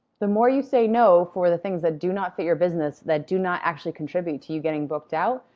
the more you say no for the things that do not fit your business, that do not actually contribute to you getting booked out,